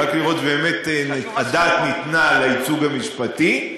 רק לראות באמת שהדעת ניתנה לייצוג המשפטי.